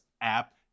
app